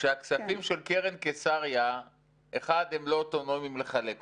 הכספים של קרן קיסריה הם לא אוטונומיים לחלק אותם,